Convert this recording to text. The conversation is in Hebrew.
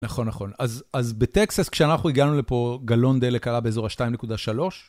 נכון, נכון. אז בטקסס, כשאנחנו הגענו לפה, גלון דלק עלה באזור ה-2.3.